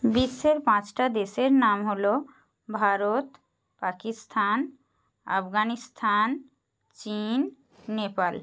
বিশ্বের পাঁচটা দেশের নাম হল ভারত পাকিস্তান আফগানিস্তান চিন নেপাল